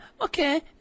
okay